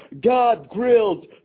God-grilled